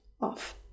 off